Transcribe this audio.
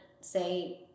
say